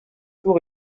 tour